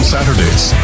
Saturdays